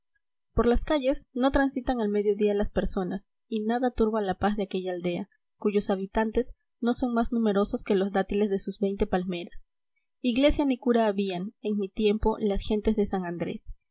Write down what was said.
por las calles no transitan al medio día las personas y nada turba la paz de aquella aldea cuyos habitantes tío son más numerosos que los dátiles de sus veinte palmeras iglesia ni cura habían en mi tiempo las gentes de san andrés